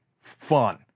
fun